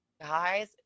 Guys